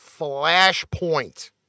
Flashpoint